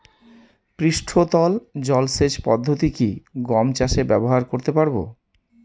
পৃষ্ঠতল জলসেচ পদ্ধতি কি গম চাষে ব্যবহার করতে পারব?